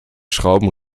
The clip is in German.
schrauben